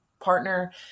partner